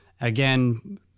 again